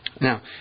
Now